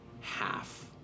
half